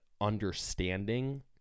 understanding